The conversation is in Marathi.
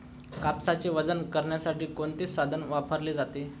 कापसाचे वजन करण्यासाठी कोणते साधन वापरले जाते?